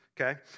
okay